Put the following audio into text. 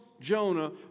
Jonah